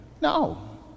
No